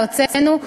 בארצנו,